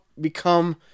become